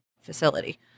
facility